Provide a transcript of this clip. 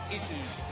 Issues